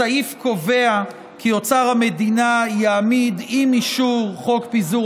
הסעיף קובע כי אוצר המדינה יעמיד עם אישור חוק פיזור